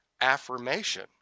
affirmation